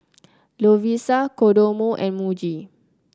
Lovisa Kodomo and Muji